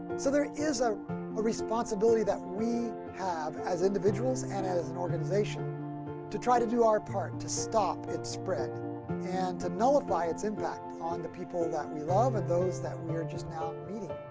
so there is a ah responsibility that we have as individuals and as an organization to try to do our part to stop its spread and to nullify its impact on the people that we love and those that we are just meeting.